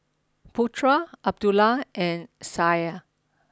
Putra Abdullah and Syah